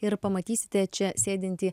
ir pamatysite čia sėdintį